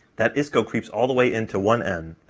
that isco creeps all the way into one m,